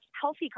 healthy